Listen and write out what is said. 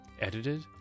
edited